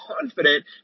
confident